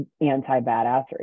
anti-badassery